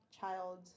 child